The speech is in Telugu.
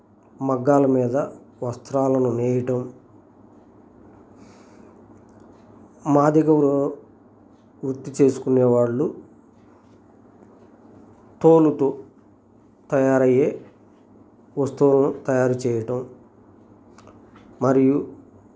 మగ్గాల మీద వస్త్రాలను నేయటం మాదిగ వృ వృత్తి చేస్కునే వాళ్ళు తోలుతో తయారయ్యే వస్తువల్ను తయారు చేయటం మరియు